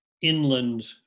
inland